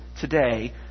today